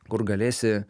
kur galėsi